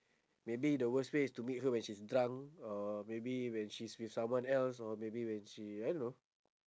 maybe the worst way is to meet her when she's drunk or maybe when she's with someone else or maybe when she I don't know